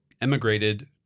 emigrated